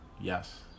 Yes